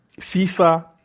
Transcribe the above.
fifa